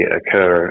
occur